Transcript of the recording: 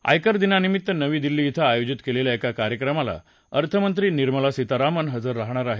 आयकर दिनानिमित्त नवी दिल्ली ध्वे आयोजित केलेल्या एका कार्यक्रमाला अर्थमंत्री निर्मला सीतारामन हजर राहणार आहेत